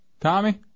Tommy